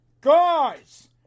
Guys